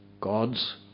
God's